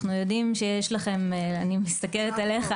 אני מסתכלת עליך,